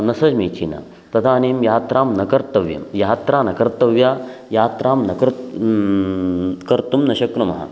न समीचीना तदानीं यात्रां न कर्तव्यं यात्रा न कर्तव्या यात्रां न कर्तुं कर्तुं न शक्नुमः